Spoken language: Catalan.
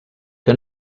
que